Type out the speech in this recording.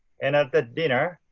and at the dinner,